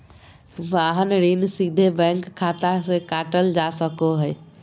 वाहन ऋण सीधे बैंक खाता से काटल जा सको हय